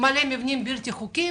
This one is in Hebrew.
מבנים בלתי חוקיים